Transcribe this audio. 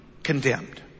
condemned